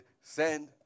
send